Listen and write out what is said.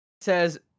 says